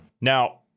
Now